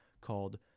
called